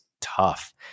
tough